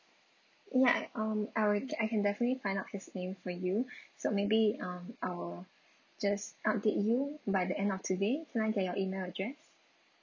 ya um I will I can definitely find out his name for you so maybe um I'll just update you by the end of today can I get your email address